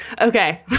Okay